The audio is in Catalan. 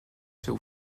seu